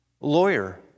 lawyer